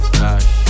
cash